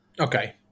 Okay